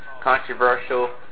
controversial